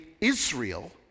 Israel